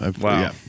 Wow